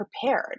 prepared